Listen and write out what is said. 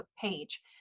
page